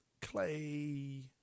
Clay